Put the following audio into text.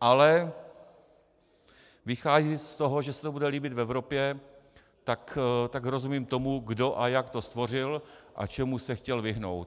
ale vychází z toho, že se to bude líbit v Evropě, tak rozumím tomu, kdo a jak to stvořil a čemu se chtěl vyhnout.